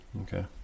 Okay